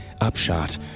Upshot